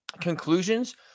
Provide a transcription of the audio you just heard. conclusions